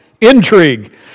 intrigue